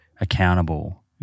accountable